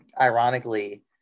ironically